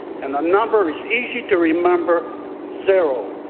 and the number is easy to remember zero.